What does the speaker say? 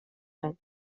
байна